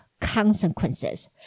consequences